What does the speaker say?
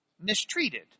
mistreated